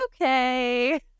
okay